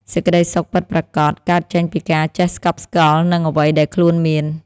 សេចក្តីសុខពិតប្រាកដកើតចេញពីការចេះស្កប់ស្កល់នឹងអ្វីដែលខ្លួនមាន។